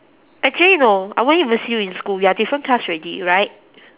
actually no I won't even see you in school we are different class already right